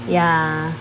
ya